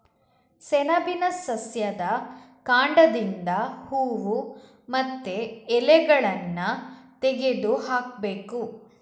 ಸೆಣಬಿನ ಸಸ್ಯದ ಕಾಂಡದಿಂದ ಹೂವು ಮತ್ತೆ ಎಲೆಗಳನ್ನ ತೆಗೆದು ಹಾಕ್ಬೇಕು